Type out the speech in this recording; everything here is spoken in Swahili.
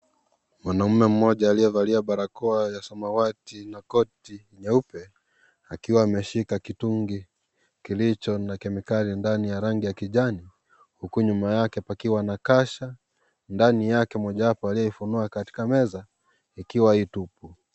Mwanaume mmoja aliyevalia barakoa ya samawati na koti nyeupe akiwa ameshika kitungi kilicho na kemikali ndani ya rangi ya kijani huku nyuma yake pakiwa na kasha, ndani yake mojawapo aliyefunua katika meza ikiwa hii tupu.